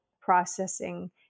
processing